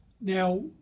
Now